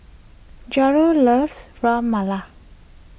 Jarod loves Ras Malai